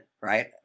right